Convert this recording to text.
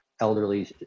elderly